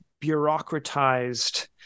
bureaucratized